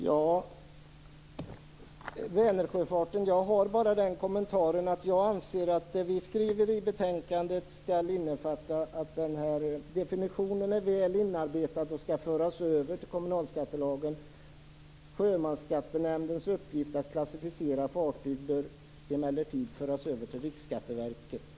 Angående Vänersjöfarten har jag bara den kommentaren som framgår av betänkandet, att definitionen är väl inarbetad och skall föras över till kommunalskattelagen. Sjömansskattenämndens uppgift att klassificera fartyg bör emellertid föras över till Riksskatteverket.